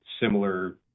similar